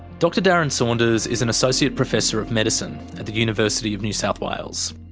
dr darren saunders is an associate professor of medicine at the university of new south wales.